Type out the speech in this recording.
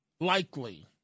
likely